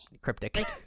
cryptic